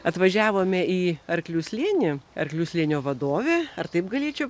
atvažiavome į arklių slėnį arklių slėnio vadovė ar taip galėčiau